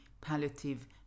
palliative